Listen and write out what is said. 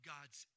God's